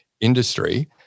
industry